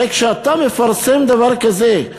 הרי כשאתה מפרסם דבר כזה,